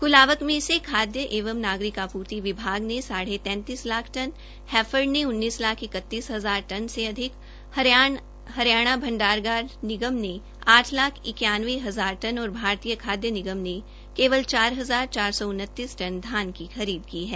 कुल आवक में से खाद्य एवं नागरिक आपूर्ति विभाग ने साढ़े तैंतीस लाख टन हैफेड ने उन्नीस लाख इक्तीस हजार टन से अधिक हरियाणा भंडारागर निगम ने आठ लाख इक्यानवे हजार टन और भारतीय खाद्य निगम ने केवल चार हजार चार सौ उन्तीस टन धान की खरीद की है